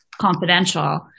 confidential